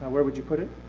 and where would you put it?